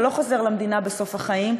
והוא לא חוזר למדינה בסוף החיים,